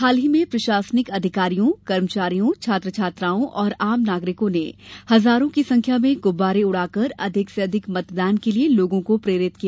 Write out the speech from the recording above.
हाल ही में प्रशासनिक अधिकारियों कर्मचारियों छात्र छात्राओं और आम नागरिकों ने हजारों की संख्या में गुब्बारे उड़ाकर अधिक से अधिक मतदान के लिये लोगों को प्रेरित किया